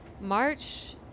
March